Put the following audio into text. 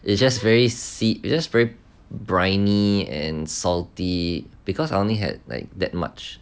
it's just very just very briny and salty because I only had like that much